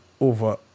Over